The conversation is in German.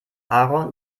aaron